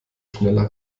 schneller